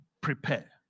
prepare